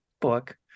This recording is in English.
book